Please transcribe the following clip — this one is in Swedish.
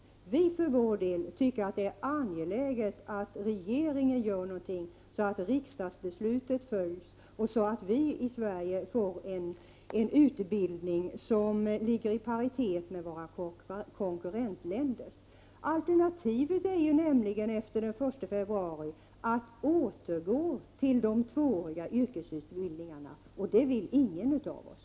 Vi för vår del tycker att det är angeläget att regeringen gör något, så att riksdagsbeslutet följs och så att vi i Sverige får en utbildning som ligger i paritet med den som finns i våra konkurrentländer. Alternativet är att efter den 1 februari återgå till de tvååriga yrkesutbildningarna, och det vill ingen av OSS.